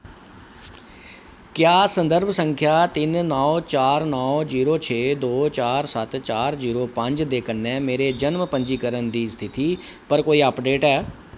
क्या संदर्भ संख्या तिन नौ चार नौ जीरो छे दो चार सत्त चार जीरो पंज दे कन्नै मेरे जन्म पंजीकरण दी स्थिति पर कोई अपडेट ऐ